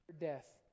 death